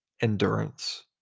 Endurance